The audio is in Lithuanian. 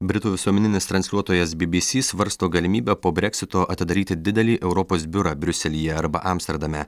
britų visuomeninis transliuotojas bbc svarsto galimybę po breksito atidaryti didelį europos biurą briuselyje arba amsterdame